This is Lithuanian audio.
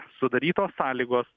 sudarytos sąlygos